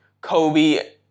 Kobe